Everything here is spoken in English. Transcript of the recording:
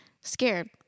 scared